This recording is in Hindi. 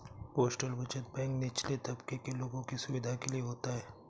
पोस्टल बचत बैंक निचले तबके के लोगों की सुविधा के लिए होता है